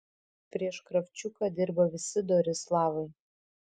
prieš kravčiuką dirba visi dori slavai